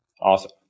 Awesome